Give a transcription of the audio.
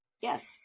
Yes